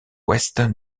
ouest